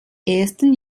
ersten